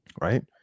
right